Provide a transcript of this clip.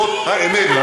זאת האמת.